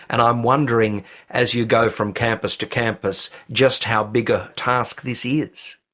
and i'm wondering as you go from campus to campus, just how big a task this is?